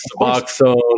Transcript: Suboxone